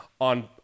on